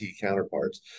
counterparts